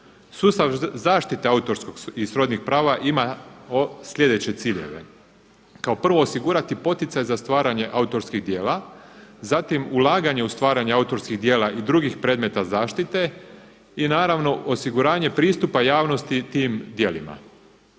Sustav zaštite autorskog i srodnih prava ima sljedeće ciljeve: kao prvo osigurati poticaj za stvaranje autorskih djela, zatim ulaganje u stvaranje autorskih djela i drugih predmeta zaštite i naravno osiguranje pristupa javnosti tim djelima.